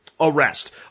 arrest